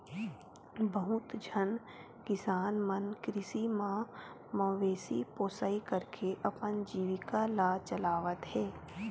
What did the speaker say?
बहुत झन किसान मन कृषि म मवेशी पोसई करके अपन जीविका ल चलावत हे